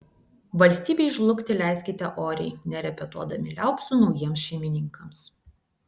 valstybei žlugti leiskite oriai nerepetuodami liaupsių naujiems šeimininkams